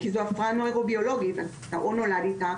כי זה הפרעה נוירו-ביולוגית אז אתה או נולד איתה,